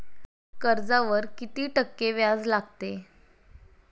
कर्जावर किती टक्के व्याज लागते?